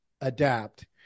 adapt